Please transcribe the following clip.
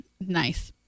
nice